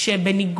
נא